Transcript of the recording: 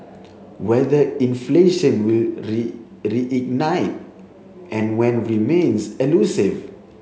whether inflation will reignite and when remains elusive